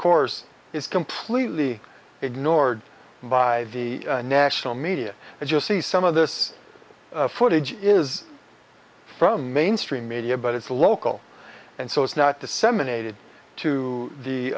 course it's completely ignored by the national media as you see some of this footage is from mainstream media but it's a local and so it's not disseminated to the